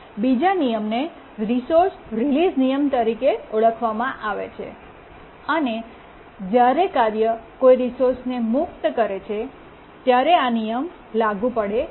બીજા નિયમને resource release નિયમ તરીકે ઓળખવામાં આવે છે અને જ્યારે કાર્ય કોઈ રિસોર્સને મુક્ત કરે છે ત્યારે આ નિયમ લાગુ પડે છે